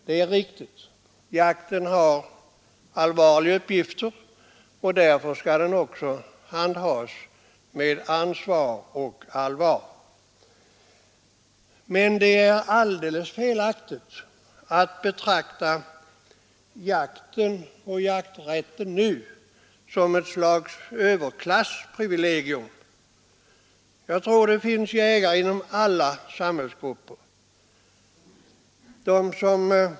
Detta är riktigt; jakten har allvarliga uppgifter, och därför skall den också handhas med ansvar och allvar. Men det är alldeles felaktigt att som här gjorts betrakta jakten och jakträtten som ett överklassprivilegium. Jag tror det finns jägare inom alla samhällsgrupper.